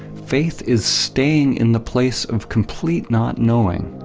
faith is staying in the place of complete not knowing,